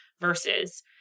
versus